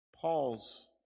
Paul's